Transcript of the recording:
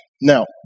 Now